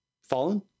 Fallen